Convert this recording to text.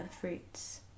fruits